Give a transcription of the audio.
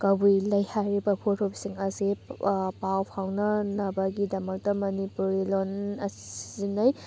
ꯀꯕꯨꯏ ꯂꯩ ꯍꯥꯏꯔꯤꯕ ꯐꯨꯔꯨꯞꯁꯤꯡ ꯑꯁꯤ ꯄꯥꯎ ꯐꯥꯎꯅꯅꯕꯒꯤꯗꯃꯛꯇ ꯃꯅꯤꯄꯨꯔꯤ ꯂꯣꯟ ꯁꯤꯖꯤꯟꯅꯩ